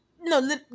No